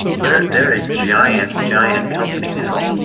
they're they're a giant, giant company now.